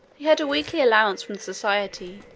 he had a weekly allowance, from the society,